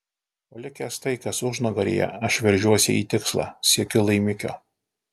palikęs tai kas užnugaryje aš veržiuosi į tikslą siekiu laimikio